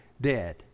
dead